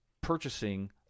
purchasing